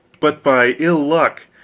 but by ill-luck,